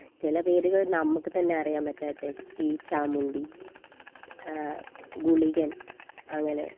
ചില പേരുകൾ നമുക്ക് തന്നെ അറിയാൻ പറ്റാത്തെ തീ ചാമുണ്ഡി ഗുളികൻ അങ്ങനെ